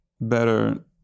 better